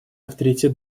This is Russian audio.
авторитет